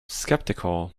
skeptical